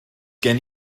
gen